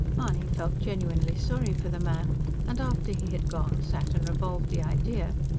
mahony felt genuinely sorry for the man and after he had gone sat and revolved the idea,